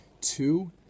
Two